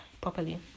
properly